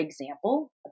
example